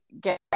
get